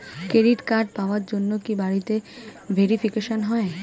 Credit card পাওয়ার জন্য কি বাড়িতে ভেরিফিকেশন হয়?